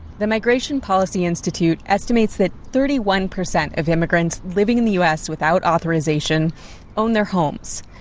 the migration policy institute estimates that thirty one percent of immigrants living in the u s. without authorization own their homes.